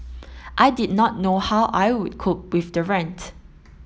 I did not know how I would cope with the rent